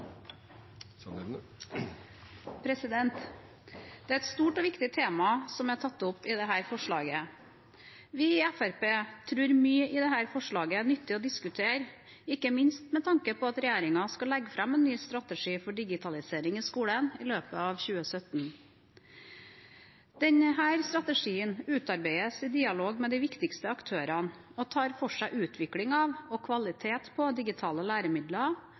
et stort og viktig tema som er tatt opp i dette forslaget. Vi i Fremskrittspartiet tror mye i dette forslaget er nyttig å diskutere, ikke minst med tanke på at regjeringen skal legge fram en ny strategi for digitalisering i skolen i løpet av 2017. Denne strategien utarbeides i dialog med de viktigste aktørene og tar for seg utviklingen av og kvalitet på digitale læremidler,